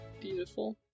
beautiful